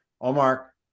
Omar